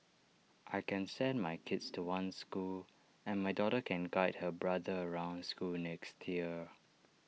I can send my kids to one school and my daughter can guide her brother around school next year